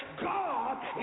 God